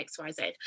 xyz